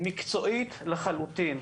מקצועית לחלוטין.